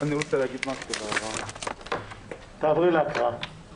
אני חושב שבוועדה הזו חבריך לרשימה לא הצביעו נגד משהו.